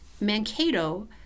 Mankato